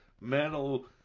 metal